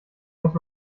muss